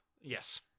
Yes